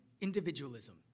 individualism